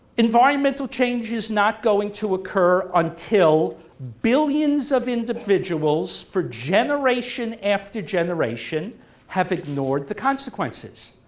environmental change is not going to occur until billions of individuals for generation after generation have ignored the consequences.